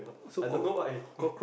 I don't what if